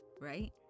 right